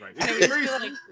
right